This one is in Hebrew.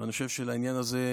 אני חושב שלעניין הזה,